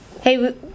hey